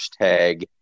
hashtag